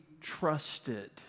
trusted